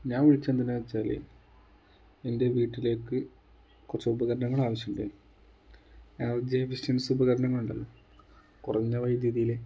ഞാൻ വിളിച്ചത് എന്താന്ന് വെച്ചാൽ എൻ്റെ വീട്ടിലേക്ക് കുറച്ച് ഉപകരണങ്ങൾ ആവശ്യമുണ്ട് ആജയ വിസ്റ്റൻസ് ഉപകരണങ്ങളുണ്ടല്ലോ കുറഞ്ഞ വൈദ്യുതിയിൽ